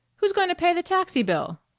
who's goin' to pay the taxi bill?